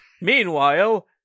Meanwhile